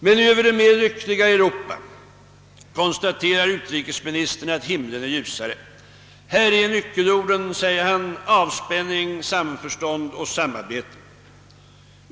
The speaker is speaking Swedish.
Men över det mera lyckliga Europa är, konstaterar utrikesministern, himlen ljusare. Här är nyckelorden, säger han, avspänning, samförstånd och samarbete.